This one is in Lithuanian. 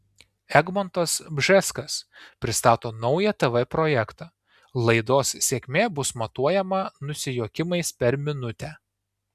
egmontas bžeskas pristato naują tv projektą laidos sėkmė bus matuojama nusijuokimais per minutę